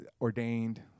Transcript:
ordained